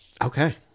Okay